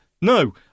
No